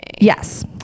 Yes